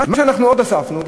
מה שאנחנו עוד הוספנו,